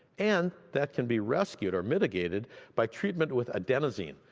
and, that can be rescued or mitigated by treatment with adenosine.